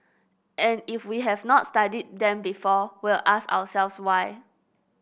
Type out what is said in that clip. and if we have not studied them before we'll ask ourselves why